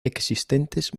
existentes